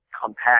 compact